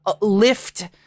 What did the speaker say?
lift